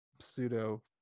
pseudo